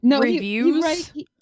reviews